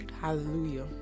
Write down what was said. Hallelujah